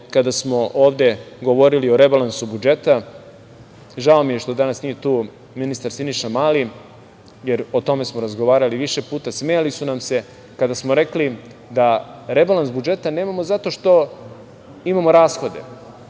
kada smo ovde govorili o rebalansu budžeta. Žao mi je što danas nije tu ministar Siniša Mali, jer o tome smo razgovarali više puta. Smejali su nam se kada smo rekli da rebalans budžeta nemamo zato što imamo rashode,